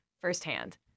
firsthand